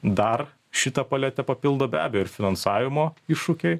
dar šitą paletę papildo be abejo ir finansavimo iššūkiai